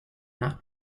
not